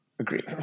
Agreed